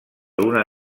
una